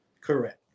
Correct